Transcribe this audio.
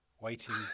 waiting